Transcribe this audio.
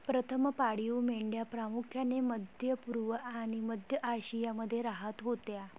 प्रथम पाळीव मेंढ्या प्रामुख्याने मध्य पूर्व आणि मध्य आशियामध्ये राहत होत्या